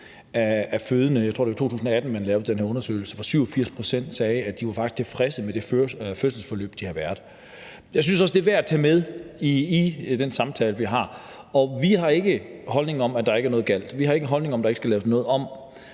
tror jeg det var, hvor de tjekkede op på 7.400, var det vist, at 87 pct. af de fødende faktisk var tilfredse med det fødselsforløb, de havde været igennem. Jeg synes også, det er værd at tage med i den samtale, vi har. Og vi har ikke nogen holdning om, at der ikke er noget galt; vi har ikke en holdning om, at der ikke skal laves noget om,